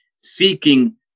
seeking